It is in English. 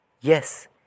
Yes